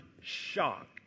shocked